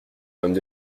pommes